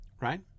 Right